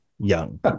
young